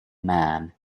man